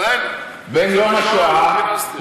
ביום השואה לא כינסתי.